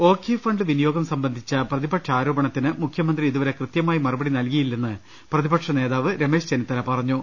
Ockhi fund വിനിയോഗം സംബന്ധിച്ച പ്രതിപക്ഷാരോപണത്തിന് മുഖ്യമന്ത്രി ഇതുവരെ കൃത്യമായി മറുപടി നൽകിയിട്ടില്ലെന്ന് പ്രതി പക്ഷ നേതാവ് രമേശ് ചെന്നിത്തല പറഞ്ഞു